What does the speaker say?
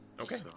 Okay